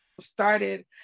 started